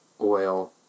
oil